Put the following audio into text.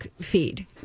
feed